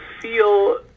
feel